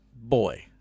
Boy